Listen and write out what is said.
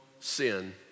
sin